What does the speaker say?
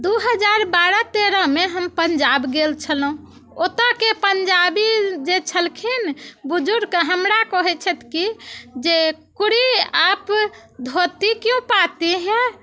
दू हजार बारह तेरहमे हम पंजाब गेल छलहुँ ओतऽके पंजाबी जे छलखिन बुजुर्ग हमरा कहैत छथि कि जे कुरी आप धोती क्यों पाते है